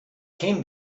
can